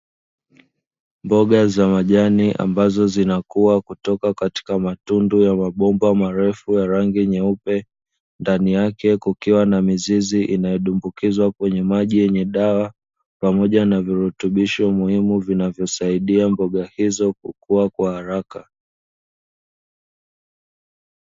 Mboga za majani, ambazo zinakuwa kutoka katika matunda ya mabomba marefu ya rangi nyeupe, ndani yake kukiwa na mizizi inayodumbukizwa kwenye maji yenye dawa, pamoja na virutubisho muhimu vinavyosaidia mboga hizo kukua kwa haraka.